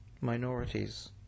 minorities